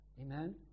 Amen